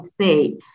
say